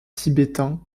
tibétains